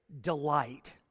delight